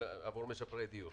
עבור משפרי דיור?